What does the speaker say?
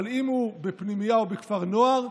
אבל אם הוא בפנימייה או בכפר נוער,